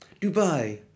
Dubai